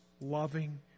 loving